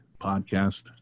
podcast